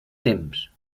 temps